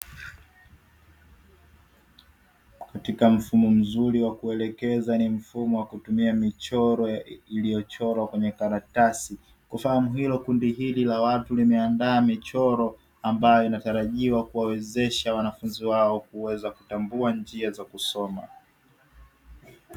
Katika mfumo mzuri wa kuelekeza ni mfumo wa kutumia michoro iliyochorwa kwenye karatasi kufahamu hilo, kundi hili la watu limeandaa michoro ambayo inatarajiwa kuwawezesha wanafunzi wao kuweza kutambua njia za kusoma.